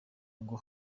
ngo